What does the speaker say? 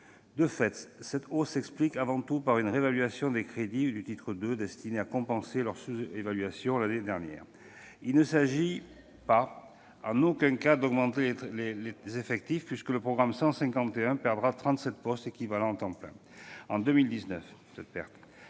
De fait, cette hausse s'explique avant tout par une réévaluation des crédits de titre 2, réévaluation destinée à compenser leur sous-évaluation l'année dernière. Il ne s'agit en aucun cas d'augmenter les effectifs, puisque le programme 151 perdra trente-sept équivalents temps plein en 2019, afin de se